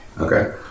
Okay